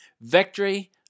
Victory